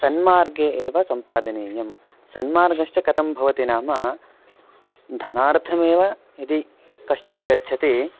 सन्मार्गे एव सम्पादनीयं सन्मार्गश्च कथं भवति नाम धनार्थमेव यदि कश्चन गच्छति